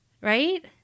right